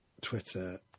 Twitter